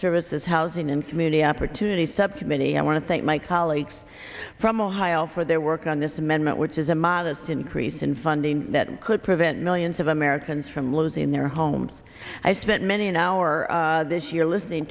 services housing and community opportunity subcommittee i want to thank my colleagues from ohio for their work on this amendment which is a modest increase in funding that could prevent millions of americans from losing their homes i spent many an hour this year listening